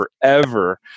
forever